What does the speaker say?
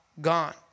gone